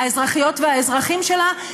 האזרחיות והאזרחים שלה,